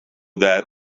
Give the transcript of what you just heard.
that